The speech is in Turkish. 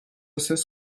söz